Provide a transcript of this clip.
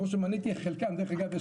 שמניתי את חלקן דרך אגב,